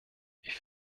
ich